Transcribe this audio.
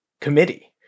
committee